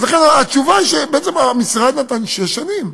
לכן התשובה היא שהמשרד נתן שש שנים,